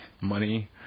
money